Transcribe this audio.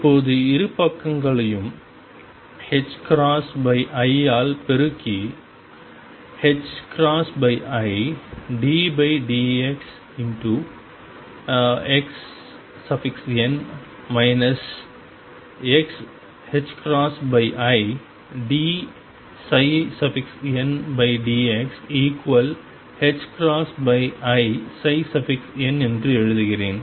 இப்போது இரு பக்கங்களையும் i ஆல் பெருக்கி i ddxxn xi dndxi n என்று எழுதுகிறேன்